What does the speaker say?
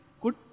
good